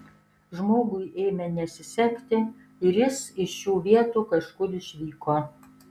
žmogui ėmė nesisekti ir jis iš šių vietų kažkur išvyko